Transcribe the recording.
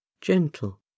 gentle